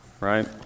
right